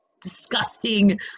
disgusting